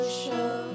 show